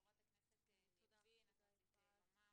חברת הכנסת ניבין, את רצית לומר.